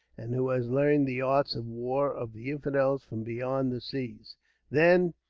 and who has learned the arts of war of the infidels from beyond the seas. then,